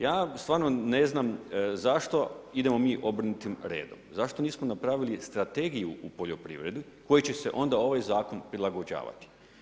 Ja stvarno ne znam zašto idemo mi obrnutim redom, zašto nismo napravili strategiji u poljoprivredi, koji će se onda ovaj zakon prilagođavati.